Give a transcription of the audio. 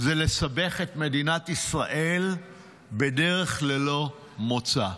זה לסבך את מדינת ישראל בדרך ללא מוצא.